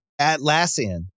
Atlassian